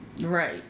Right